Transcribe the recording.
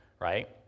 right